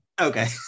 Okay